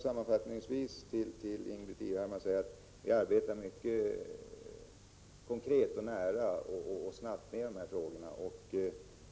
Sammanfattningsvis vill jag säga till Ingbritt Irhammar att vi arbetar mycket konkret och snabbt med de här frågorna.